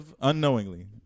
Unknowingly